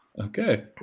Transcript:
okay